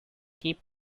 keep